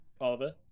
oliver